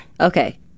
Okay